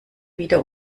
wieder